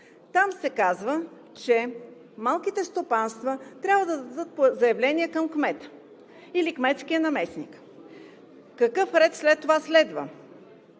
Там се казва, че малките стопанства трябва да дадат заявление към кмета или кметския наместник. Какъв ред следва?